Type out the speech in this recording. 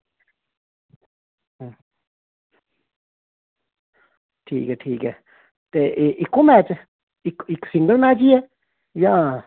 ठीक ऐ ठीक ऐ ते एह् इक्को मैच इक इक सिंगल मैच ई ऐ जां